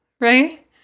right